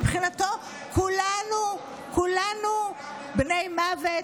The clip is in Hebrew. מבחינתו כולנו בני מוות,